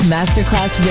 Masterclass